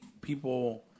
people